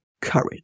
courage